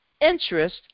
interest